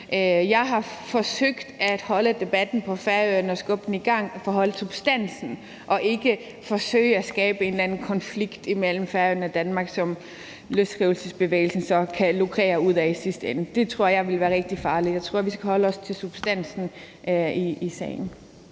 Jeg har forsøgt at holde debatten på Færøerne og skubbe den i gang og holde fast i substansen og ikke forsøge at skabe en eller anden konflikt imellem Færøerne og Danmark, som løsrivelsesbevægelsen så kan lukrere på i sidste ende. Det tror jeg ville være rigtig farligt. Jeg tror, at vi skal holde os til substansen i sagen.